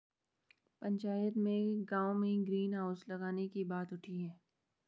पंचायत में गांव में ग्रीन हाउस लगाने की बात उठी हैं